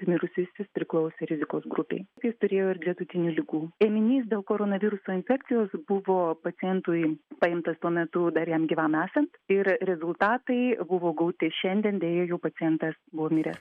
mirusysis priklausė rizikos grupei jis turėjo ir gretutinių ligų ėminys dėl koronaviruso infekcijos buvo pacientui paimtas tuo metu dar jam gyvam esant ir rezultatai buvo gauti šiandien deja jau pacientas buvo miręs